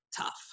tough